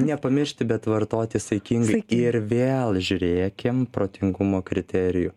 nepamiršti bet vartoti saikingai ir vėl žiūrėkim protingumo kriterijų